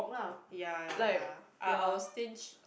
ya ya ya I I will stinge